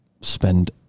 spend